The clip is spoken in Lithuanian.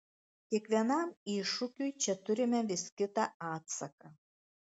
kiekvienam iššūkiui čia turime vis kitą atsaką